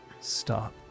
Stop